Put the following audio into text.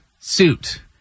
suit